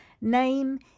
Name